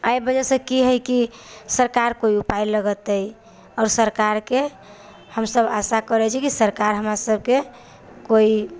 एहि वजहसँ कि हइ कि सरकार कोइ उपाय लगौते आओर सरकारके हम सभ आशा करै छी कि सरकार हमरा सभके कोइ